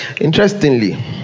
interestingly